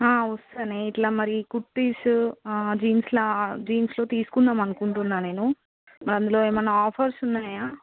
వస్తాను ఇట్లా మరి కుర్తీస్ జీన్స్లో జీన్స్లో తీసుకుందాం అనుకుంటున్నాను నేను మరి అందులో ఏమన్న ఆఫర్సు ఉన్నాయా